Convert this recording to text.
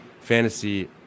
fantasy